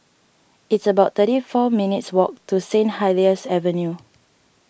it's about thirty four minutes' walk to Saint Helier's Avenue